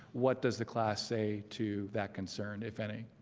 what does the class say to that concern if any